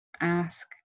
ask